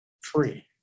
free